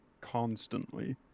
constantly